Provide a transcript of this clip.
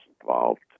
involved